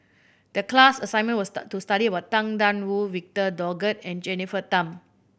the class assignment was to study about Tang Da Wu Victor Doggett and Jennifer Tham